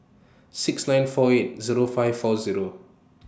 six nine four eight Zero five four Zero